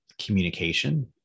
communication